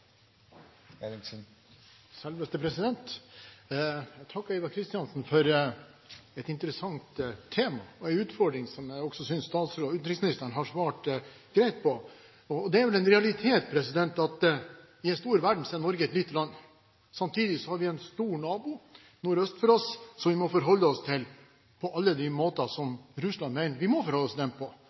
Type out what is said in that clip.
Jeg takker Ivar Kristiansen for å ha tatt opp et interessant tema og kommet med en utfordring som jeg også synes at utenriksministeren har svart greit på. Det er vel en realitet at i en stor verden er Norge et lite land. Samtidig har vi en stor nabo nordøst for oss som vi må forholde oss til på alle de måter som Russland mener vi må forholde oss til dem på